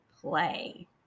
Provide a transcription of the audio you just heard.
play